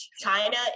China